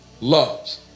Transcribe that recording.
loves